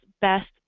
best